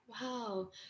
Wow